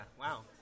wow